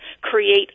create